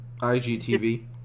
IGTV